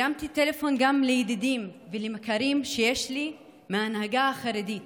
הרמתי טלפון גם לידידים ולמכרים שיש לי מההנהגה החרדית